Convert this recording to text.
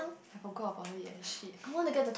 I forgot about it eh shit